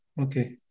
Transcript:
Okay